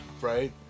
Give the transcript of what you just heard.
right